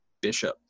Bishop